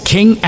King